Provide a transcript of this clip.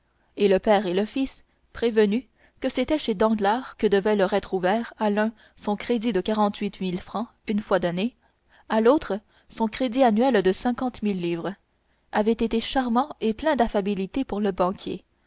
et le père et le fils prévenus que c'était chez danglars que devaient leur être ouverts à l'un son crédit de quarante-huit mille francs une fois donnés à l'autre son crédit annuel de cinquante mille livres avaient été charmants et plein d'affabilité pour le banquier